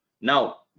now